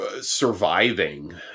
surviving